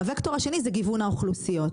והקטור השני זה גיוון האוכלוסיות.